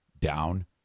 down